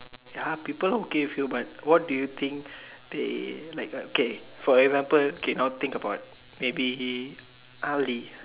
ya people okay with you but what do you think they okay for example now think about maybe ugly